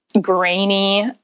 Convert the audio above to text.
grainy